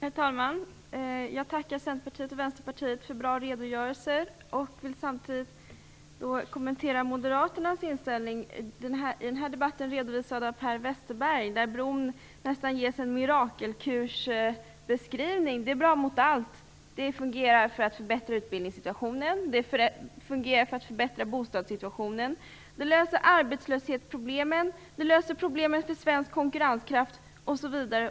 Herr talman! Jag tackar Centerpartiet och Vänsterpartiet för bra redogörelser, men jag vill kommentera Moderaternas inställning i den här debatten redovisad av Per Westerberg. Bron beskrivs ju nästan som en mirakelkur. Den är bra mot allt. Det handlar då om att förbättra utbildningssituationen och bostadssituationen och om att lösa arbetslöshetsproblemen och problemen för svensk konkurrenskraft osv.